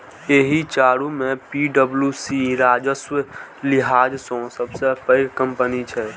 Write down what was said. एहि चारू मे पी.डब्ल्यू.सी राजस्वक लिहाज सं सबसं पैघ कंपनी छै